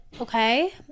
okay